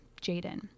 Jaden